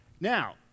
Now